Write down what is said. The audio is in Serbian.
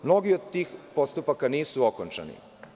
Mnogi od tih postupaka nisu okončani.